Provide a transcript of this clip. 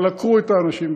אבל עקרו את האנשים מבתיהם.